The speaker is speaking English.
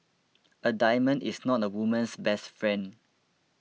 a diamond is not a woman's best friend